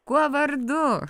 kuo vardu